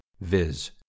viz